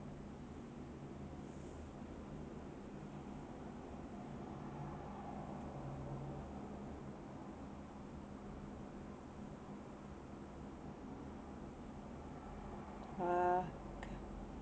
uh okay